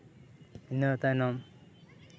ᱤᱱᱟᱹ ᱛᱟᱭᱱᱚᱢ